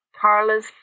Carla's